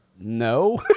no